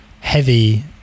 heavy